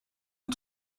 and